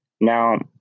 now